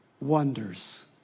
wonders